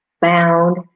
bound